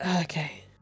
Okay